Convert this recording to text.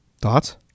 Thoughts